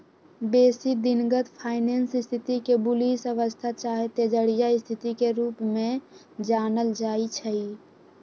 बेशी दिनगत फाइनेंस स्थिति के बुलिश अवस्था चाहे तेजड़िया स्थिति के रूप में जानल जाइ छइ